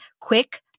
quick